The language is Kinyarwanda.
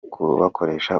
kubukoresha